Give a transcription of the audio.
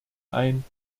ein